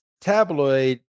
tabloid